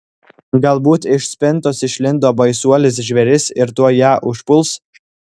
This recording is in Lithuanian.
galbūt iš spintos išlindo baisuolis žvėris ir tuoj ją užpuls